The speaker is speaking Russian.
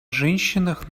женщинах